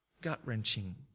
Gut-wrenching